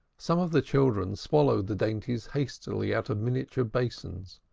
some of the children swallowed the dainties hastily out of miniature basins,